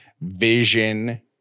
vision